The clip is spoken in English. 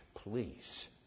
Please